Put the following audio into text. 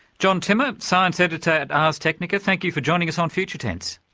john timmer, science editor, ars technica, thank you for joining us on future tense.